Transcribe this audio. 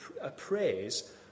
appraise